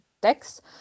text